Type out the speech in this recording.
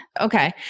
Okay